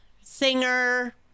singer